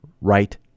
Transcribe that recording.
right